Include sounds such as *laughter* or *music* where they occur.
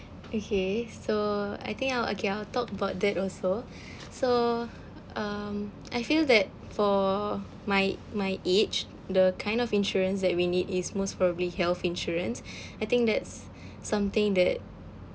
okay so I think I will okay I'll talk about that also *breath* so um I feel that for my my age the kind of insurance that we need is most probably health insurance *breath* I think that's *breath* something that